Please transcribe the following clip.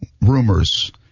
rumors